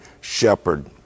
shepherd